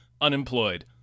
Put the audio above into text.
unemployed